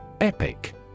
Epic